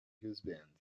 husband